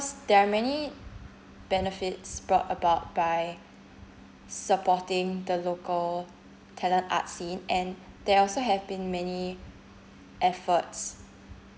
there are many benefits brought about by supporting the local talent arts scene and there also have been many efforts